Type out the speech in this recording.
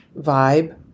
vibe